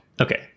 Okay